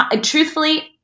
truthfully